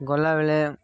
ଗଲାବେଳେ